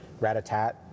Ratatat